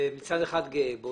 מצד אחד אני גאה בו,